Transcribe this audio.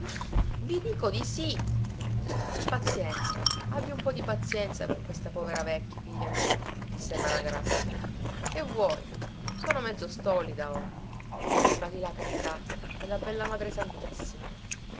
i dico di sì pazienza abbi un po di pazienza con questa povera vecchia figlia mia disse maragrazia che vuoi sono mezzo stolida ora dio ti paghi la carità e la bella madre santissima